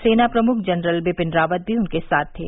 सेना प्रमुख जनरल बिपिन रावत भी उनके साथ थे